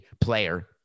player